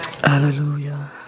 Hallelujah